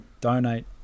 donate